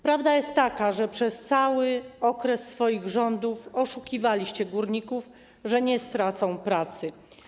Prawda jest taka, że przez cały okres swoich rządów oszukiwaliście górników, mówiąc, że nie stracą pracy.